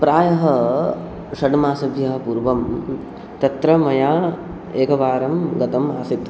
प्रायः षड् मासभ्यः पूर्वं तत्र मया एकवारं गतम् आसीत्